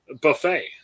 buffet